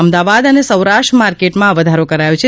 અમદાવાદ અને સૌરાષ્ટ્ર માર્કેટમાં આ વધારો કરાયો છે